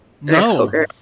No